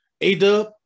A-Dub